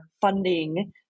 funding